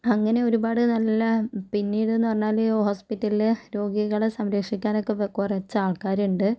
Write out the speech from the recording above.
അങ്ങനെ ഒരുപാട് നല്ല പിന്നീടെന്ന് പറഞ്ഞാല് ഹോസ്പ്പിലില് രോഗികളെ സംരക്ഷിക്കാനൊക്കെ കുറച്ച് ആൾക്കാരുണ്ട്